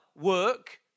work